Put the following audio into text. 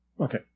Okay